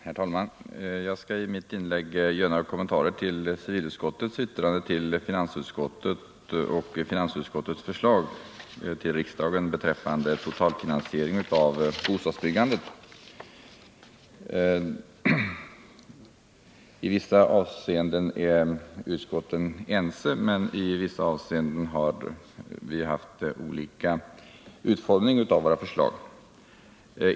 Herr talman! Jag skall i mitt inlägg göra några kommentarer till civilutskottets yttrande till finansutskottet och finansutskottets förslag till riksdagen beträffande totalfinansiering av bostadsbyggandet. I vissa avseenden är utskotten ense, men i vissa avseenden har förslagen fått olika utformning.